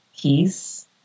peace